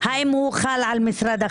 האם חל על משרד החינוך?